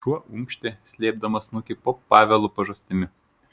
šuo unkštė slėpdamas snukį po pavelo pažastimi